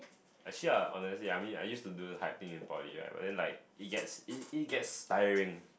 actually I honestly I mean I used to do the hype thing in poly right but then like it gets it it gets tiring